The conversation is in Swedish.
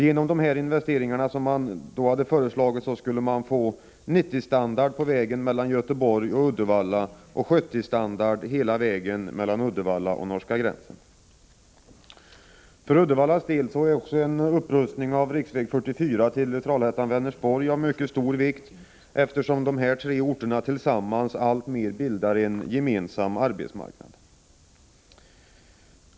Genom de investeringar som föreslagits skulle man få 90-standard på vägen mellan Göteborg och Uddevalla och 70-standard på hela vägen mellan Uddevalla och norska gränsen. För Uddevallas del är också en upprustning av riksväg 44 till Trollhättan och Vänersborg av mycket stor vikt, eftersom dessa tre orter tillsammans alltmer bildar en gemensam arbetsmarknad.